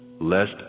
lest